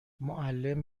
معلم